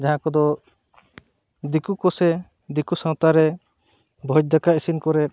ᱡᱟᱦᱟᱸ ᱠᱚᱫᱚ ᱫᱤᱠᱩ ᱠᱚᱥᱮ ᱫᱤᱠᱩ ᱥᱟᱶᱛᱟᱨᱮ ᱵᱷᱚᱡᱽ ᱫᱟᱠᱟ ᱤᱥᱤᱱ ᱠᱚᱨᱮᱫ